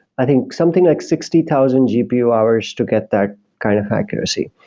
i think, something like sixty thousand gpu hours to get that kind of accuracy.